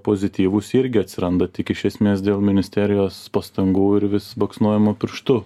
pozityvūs jie irgi atsiranda tik iš esmės dėl ministerijos pastangų ir vis baksnojamų pirštu